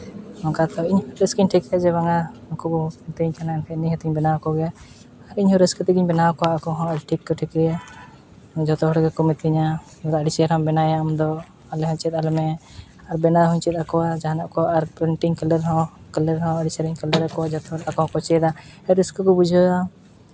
ᱱᱚᱝᱠᱟᱛᱮ ᱤᱧ ᱴᱷᱤᱠᱟᱹᱭᱟ ᱡᱮ ᱵᱟᱝᱟ ᱩᱱᱠᱩ ᱠᱚ ᱢᱤᱛᱟᱹᱧ ᱠᱟᱱᱟ ᱱᱤᱦᱟᱹᱛ ᱤᱧ ᱵᱮᱱᱟᱣ ᱟᱠᱚᱜᱮᱭᱟ ᱟᱨ ᱤᱧ ᱦᱚᱸ ᱨᱟᱹᱥᱠᱟᱹ ᱛᱮᱜᱤᱧ ᱵᱮᱱᱟᱣ ᱟᱠᱚᱣᱟ ᱟᱠᱚ ᱦᱚᱸ ᱟᱹᱰᱤ ᱴᱷᱤᱠ ᱠᱚ ᱴᱷᱤᱠᱟᱹᱭᱟ ᱡᱚᱛᱚ ᱦᱚᱲ ᱜᱮᱠᱚ ᱢᱮᱛᱟᱹᱧᱟ ᱟᱹᱰᱤ ᱪᱮᱦᱨᱟᱢ ᱵᱮᱱᱟᱣᱟ ᱟᱢᱫᱚ ᱟᱞᱮ ᱦᱚᱸ ᱪᱮᱫ ᱟᱞᱮ ᱢᱮ ᱟᱨ ᱵᱮᱱᱟᱣ ᱦᱚᱸᱧ ᱪᱮᱫ ᱟᱠᱚᱣᱟ ᱡᱟᱦᱟᱱᱟᱜ ᱠᱚ ᱟᱨ ᱯᱮᱱᱴᱤᱝ ᱠᱟᱞᱟᱨ ᱦᱚᱸ ᱟᱹᱰᱤ ᱪᱮᱦᱨᱟᱱ ᱠᱟᱞᱟᱨ ᱟᱠᱚᱣᱟ ᱡᱟᱛᱮ ᱟᱠᱚ ᱦᱚᱸᱠᱚ ᱪᱮᱫᱟ ᱟᱹᱰᱤ ᱨᱟᱹᱥᱠᱟᱹ ᱠᱚ ᱵᱩᱡᱷᱟᱹᱣᱟ